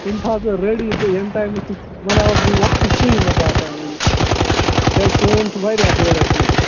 تِم تھاو ژٕ ریڈی تہٕ ییٚمہِ ٹایمہٕ چھُکھ بَناوتھ بہٕ وۄستہٕ ژٕے مےٚ باسان وۅنۍ کیٛازِ کٲم چھِ واریاہ بٔڈ اَسہِ یِہُس